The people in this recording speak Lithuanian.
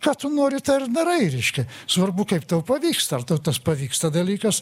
ką tu nori tą ir darai reiškia svarbu kaip tau pavyksta ar tau tas pavyksta dalykas